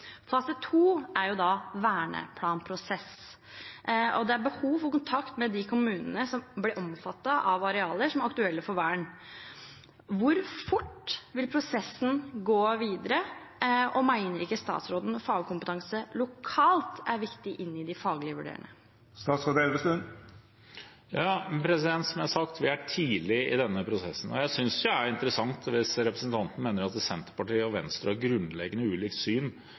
Fase 2 er verneplanprosess, og det er behov for kontakt med de kommunene som ble omfattet av arealer som er aktuelle for vern. Hvor fort vil prosessen gå videre, og mener ikke statsråden at fagkompetanse lokalt er viktig inn i de faglige vurderingene? Som jeg har sagt, er vi tidlig i denne prosessen. Jeg synes det er interessant hvis representanten mener at Senterpartiet og Venstre har grunnleggende ulikt syn